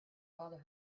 bother